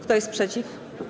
Kto jest przeciw?